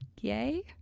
yay